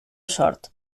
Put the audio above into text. sort